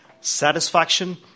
satisfaction